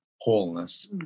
wholeness